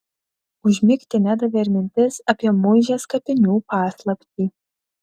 užmigti nedavė ir mintis apie muižės kapinių paslaptį